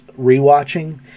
rewatching